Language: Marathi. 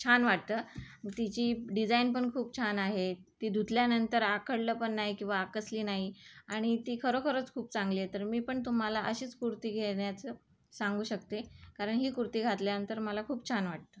छान वाटतं तिची डिझायन पण खूप छान आहे ती धुतल्यानंतर आखडलं पण नाही किंवा आकसली नाही आणि ती खरोखरच खूप चांगली आहे तर मी पण तुम्हाला अशीच कुर्ती घेण्याचं सांगू शकते कारण ही कुर्ती घातल्यानंतर मला खूप छान वाटतं